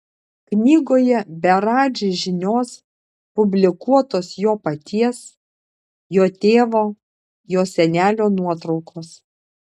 knygoje be radži žinios publikuotos jo paties jo tėvo jo senelio nuotraukos